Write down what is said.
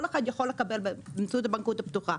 אחד יכול לקבל באמצעות הבנקאות הפתוחה,